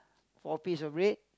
four piece of bread